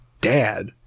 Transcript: dad-